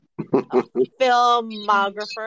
filmographer